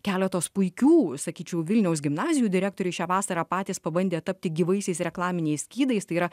keletos puikių sakyčiau vilniaus gimnazijų direktoriai šią vasarą patys pabandė tapti gyvaisiais reklaminiais skydais tai yra